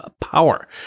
power